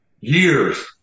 years